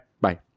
bye